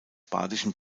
badischen